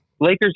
Lakers